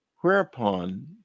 Whereupon